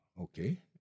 okay